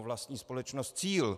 Vlastní společnosti Cíl.